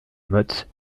motte